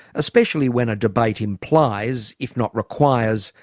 especially when a debate implies, if not requires,